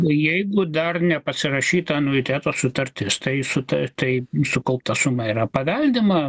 jeigu dar nepasirašyta anuiteto sutartis tai su ta tai sukaupta suma yra paveldima